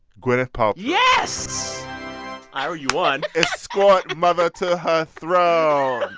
gwyneth paltrow yes ira, you won escort mother to her throne.